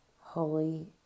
holy